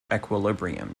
equilibrium